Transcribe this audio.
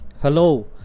Hello